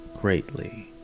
greatly